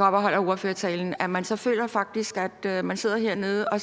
og man så faktisk føler, at man sidder hernede og